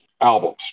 albums